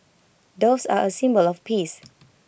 doves are A symbol of peace